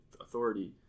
authority